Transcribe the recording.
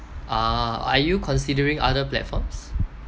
uh are you considering other platforms